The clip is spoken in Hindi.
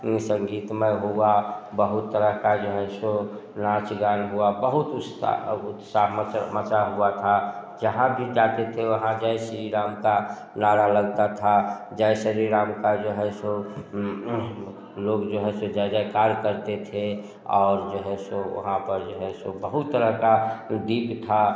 संगीतमय हुआ बहुत तरह का जो है सो नाच गान हुआ बहुत कुछ था और उत्साहमत मज़ा हुआ था जहाँ भी जाते थे वहाँ जय श्री राम का नारा लगता था जय श्री राम का जो है सो लोग जो है सो जय जयकार करते थे और जो है सो वहाँ पर जो है सो बहुत तरह का वो गीत था